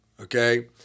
okay